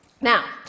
Now